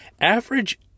average